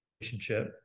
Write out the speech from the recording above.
relationship